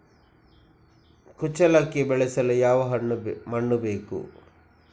ಕುಚ್ಚಲಕ್ಕಿ ಬೆಳೆಸಲು ಯಾವ ಮಣ್ಣು ಬೇಕು?